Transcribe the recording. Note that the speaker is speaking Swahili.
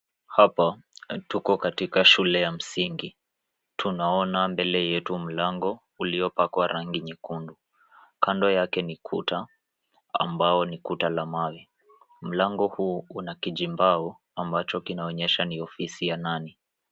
Hapa tuko katika shule ya msingi, tunaona mbele yetu mlango uliopakwa rangi nyekundu. Kando yake ni kuta ambao ni kuta la mawe. Mlango huu una kijimbao ambacho kinaonyesha ni ofisi ya nani.